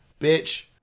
Bitch